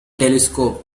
telescope